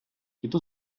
піду